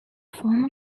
former